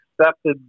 accepted